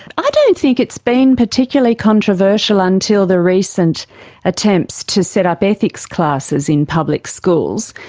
i don't think it's been particularly controversial until the recent attempts to set up ethics classes in public schools.